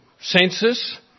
census